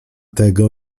tego